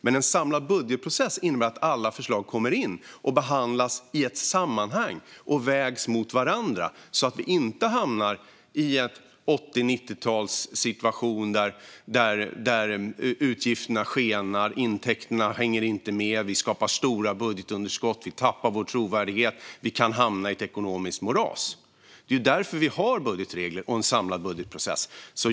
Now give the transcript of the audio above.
Men en samlad budgetprocess innebär att alla förslag kommer in och behandlas i ett sammanhang och vägs mot varandra, så att vi inte hamnar i en 80 och 90-talssituation, där utgifterna skenar och intäkterna inte hänger med och där vi skapar stora budgetunderskott, tappar vår trovärdighet och kan hamna i ett ekonomiskt moras. Det är därför vi har budgetregler och en samlad budgetprocess.